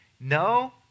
no